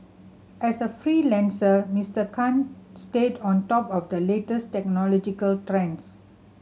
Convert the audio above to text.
as a freelancer Mister Khan stayed on top of the latest technological trends